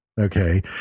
Okay